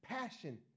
passion